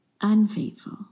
unfaithful